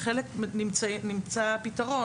לחלק נמצא פתרון